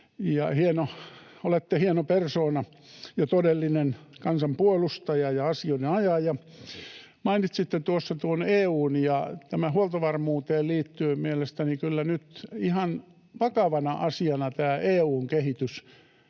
olette hieno persoona ja todellinen kansan puolustaja ja asioiden ajaja — mainitsitte tuossa tuon EU:n. Tähän huoltovarmuuteen liittyy mielestäni kyllä nyt ihan vakavana asiana tämä EU:n kehitys,